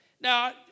Now